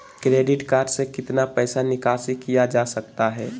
Credit card से कितना पैसा निकासी किया जा सकता है?